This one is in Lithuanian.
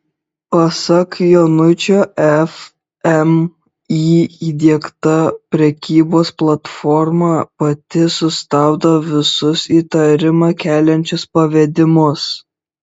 pasak jonučio fmį įdiegta prekybos platforma pati sustabdo visus įtarimą keliančius pavedimus